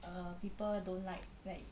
err people don't like like